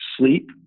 sleep